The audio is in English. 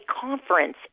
conference